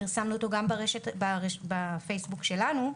פרסמנו אותו גם בדף הפייסבוק שלנו,